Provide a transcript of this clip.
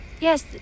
Yes